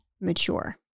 mature